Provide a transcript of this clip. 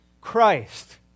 Christ